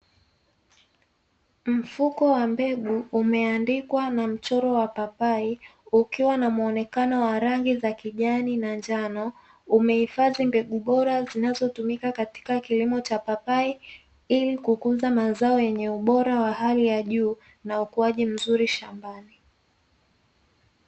Mfuko wa mbegu umeandikwa na mchoro wa papai, ukiwa na muonekano wa rangi za kijani na njano. Umehifadhi mbegu bora zinazotumika katika kilimo cha papai, ili kukuza mazao yenye ubora wa hali ya juu na ukuaji mzuri shambani.